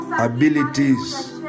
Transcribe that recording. abilities